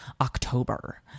October